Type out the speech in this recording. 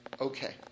Okay